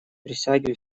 присяге